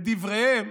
לדבריהם,